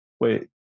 Wait